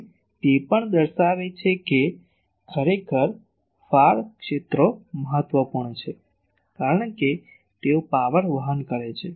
તેથી તે પણ દર્શાવે છે કે ખરેખર ફાર ક્ષેત્રો મહત્વપૂર્ણ છે કારણ કે તેઓ પાવર વહન કરે છે